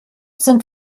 sind